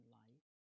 life